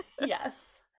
yes